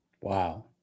Wow